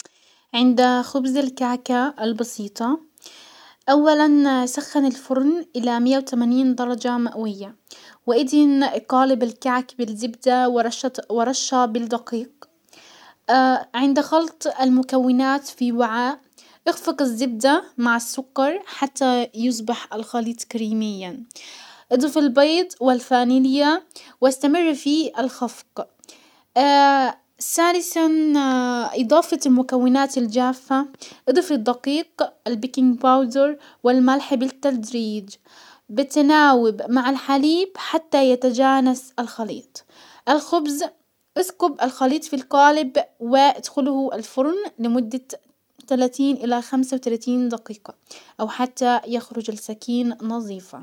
عند خبز الكعكة البسيطة، اولا سخن الفرن الى مية وتمانين درجة مئوية وادهن قالب الكعك بالزبدة ورشة ورشة بالدقيق، عند خلط المكونات في وعاء اخفق الزبدة مع السكر حتى يصبح الخليط كريميا، اضف البيض والفانيليا واستمر في الخفق، سالسا اضافة المكونات الجافة اضفي الدقيق، البيكنج باودر، وملح بالتدريج بتناوب مع الحليب حتى يتجانس الخليط.الخبز اسكب الخليط في القالب وادخله الفرن لمدة تلاتين الى خمسة وتلاتين دقيقة او حتى يخرج السكين نزيفا.